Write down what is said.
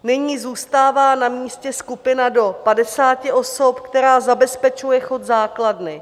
Nyní zůstává na místě skupina do 50 osob, která zabezpečuje chod základny.